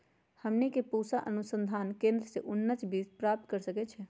हमनी के पूसा अनुसंधान केंद्र से उन्नत बीज प्राप्त कर सकैछे?